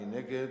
מי נגד?